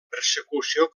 persecució